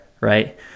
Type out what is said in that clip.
right